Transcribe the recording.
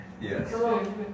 Yes